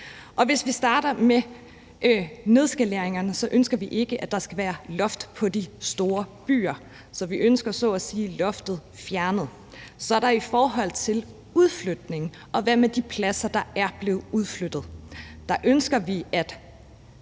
Hvis vi starter med nedskaleringerne, ønsker vi ikke, at der skal være loft på de store byer. Vi ønsker så at sige loftet fjernet. Så er der i forhold til udflytning blevet spurgt: Hvad med de pladser, der er blevet udflyttet? Der ønsker vi, at